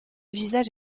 visage